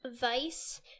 vice